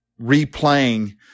replaying